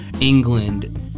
England